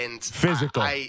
Physical